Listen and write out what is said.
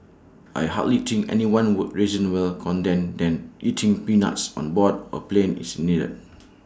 I hardly think anyone would reasonable contend than eating peanuts on board A plane is needed